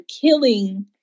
killing